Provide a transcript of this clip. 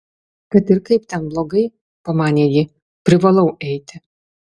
kad ir kaip ten blogai pamanė ji privalau eiti